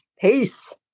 Peace